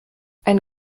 ein